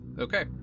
okay